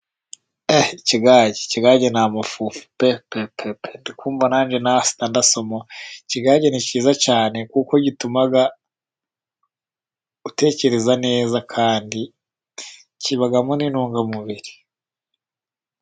Ikigage ni amafufu pe nanjye ndi kumva nasomaho, ikigage ni cyiza cyane kuko gituma utekereza neza, kandi kibamo n'intungamubiri.